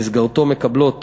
במסגרתו מקבלות